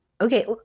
Okay